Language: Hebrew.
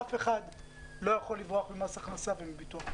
אף אחד לא יכול לברוח ממס הכנסה ומביטוח לאומי.